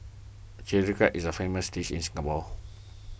Chilli Crab is a famous dish in Singapore